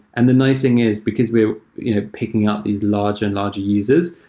and the nice thing is because we're you know picking up these larger and larger users,